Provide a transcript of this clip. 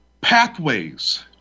pathways